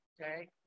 okay